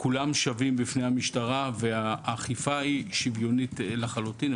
וכולם שווים בפני המשטרה והאכיפה היא שוויונית לחלוטין.